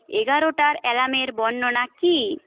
এগারোটার অ্যালার্মের বর্ণনা কী